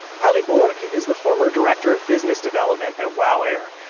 palli borg is the former director of business development at wow air.